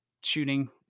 shooting